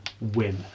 win